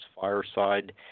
Fireside